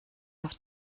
auf